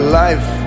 life